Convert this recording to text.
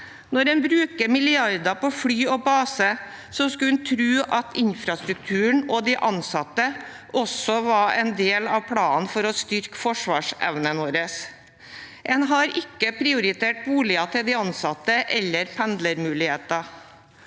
Når en bruker milliarder på fly og base, skulle en tro at infrastrukturen og de ansatte også var en del av planen for å styrke forsvarsevnen vår. En har ikke prioritert boliger til de ansatte eller pendlermuligheter.